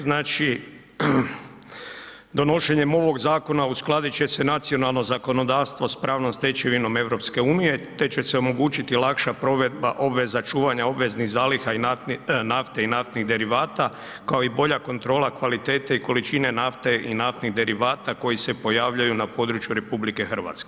Znači, donošenjem ovog zakona uskladit će se nacionalno zakonodavstvo s pravnom stečevinom EU te će se omogućiti lakša provedba obveza čuvanja obveznih zaliha nafte i naftnih derivata kao i bolja kontrola kvalitete i količine nafte i naftnih derivata koji se pojavljuju na području RH.